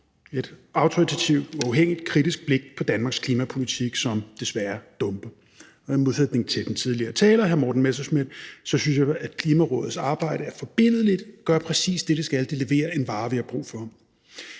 et autoritativt uafhængigt kritisk blik på Danmarks klimapolitik, som desværre dumper. I modsætning til den tidligere taler, hr. Morten Messerschmidt, synes jeg, at Klimarådets arbejde er forbilledligt og gør præcis det, det skal. Det leverer en vare, vi har brug for.